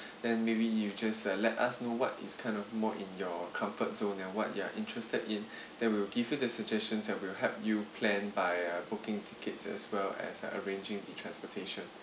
then maybe you just uh let us know what is kind of more in your comfort zone and what you are interested in then we will give you the suggestions and we'll help you plan by uh booking tickets as well as arranging to transportation